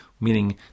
meaning